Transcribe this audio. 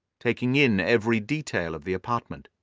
taking in every detail of the apartment.